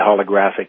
holographic